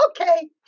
Okay